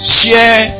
share